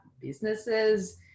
businesses